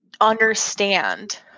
understand